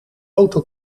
auto